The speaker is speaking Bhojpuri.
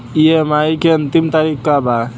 ई.एम.आई के अंतिम तारीख का बा?